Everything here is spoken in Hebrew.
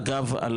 אגב,